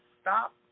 stop